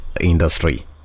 industry